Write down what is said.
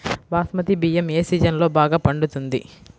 బాస్మతి బియ్యం ఏ సీజన్లో బాగా పండుతుంది?